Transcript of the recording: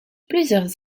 plusieurs